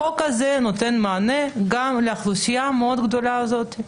החוק הזה נותן מענה גם לאוכלוסייה המאוד גדולה הזו.